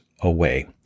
away